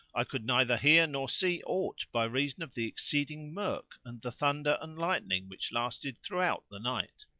i could neither hear nor see aught by reason of the exceeding murk and the thunder and lightning which lasted throughout the night.